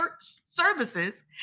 services